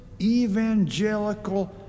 evangelical